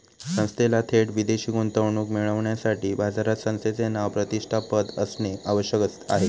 संस्थेला थेट विदेशी गुंतवणूक मिळविण्यासाठी बाजारात संस्थेचे नाव, प्रतिष्ठा, पत असणे आवश्यक आहे